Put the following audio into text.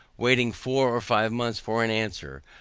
waiting four or five months for an answer,